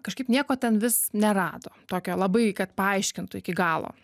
kažkaip nieko ten vis nerado tokio labai kad paaiškintų iki galo